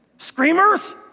screamers